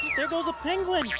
there goes a penguin.